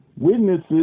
Witnesses